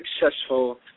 successful